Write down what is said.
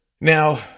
Now